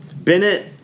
Bennett